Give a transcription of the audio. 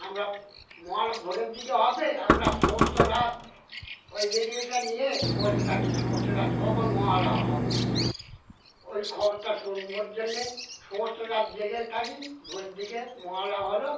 আমরা মহালয়া ভোরের দিকে হবে আমরা সমস্ত রাত ওই রেডিওটা নিয়ে বসে থাকি সমস্ত রাত কখন মহালয়া হবে ওই খবরটা শোনবার জন্যে সমস্ত রাত জেগে থাকি ভোরের দিকে মহালয়া হলো